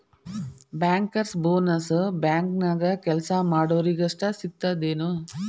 Bankers bonus ಬ್ಯಾಂಕ್ನ್ಯಾಗ್ ಕೆಲ್ಸಾ ಮಾಡೊರಿಗಷ್ಟ ಸಿಗ್ತದೇನ್?